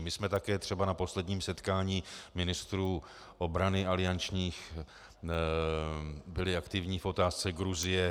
My jsme také třeba na posledním setkání ministrů obrany aliančních byli aktivní v otázce Gruzie.